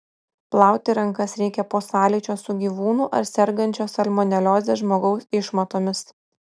plauti rankas reikia po sąlyčio su gyvūnų ar sergančio salmonelioze žmogaus išmatomis